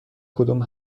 کدوم